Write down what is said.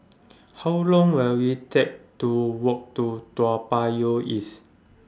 How Long Will IT Take to Walk to Toa Payoh East